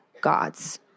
gods